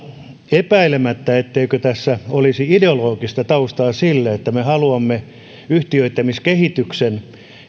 epäilemättä etteikö tässä olisi ideologista taustaa sille että me haluamme yhtiöittämiskehityksen